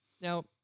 now